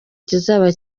kizaba